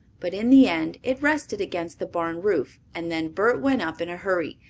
but in the end it rested against the barn roof and then bert went up in a hurry.